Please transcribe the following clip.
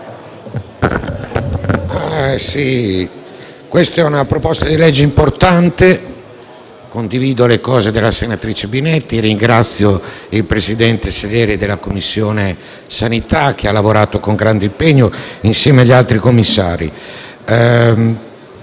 questa è una proposta di legge importante. Condivido quanto detto dalla senatrice Binetti e ringrazio il presidente della Commissione sanità Sileri, che ha lavorato con grande impegno, insieme agli altri commissari.